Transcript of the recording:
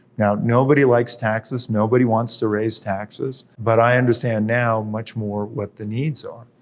now, nobody likes taxes, nobody wants to raise taxes, but i understand now much more what the needs are.